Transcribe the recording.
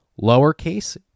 lowercase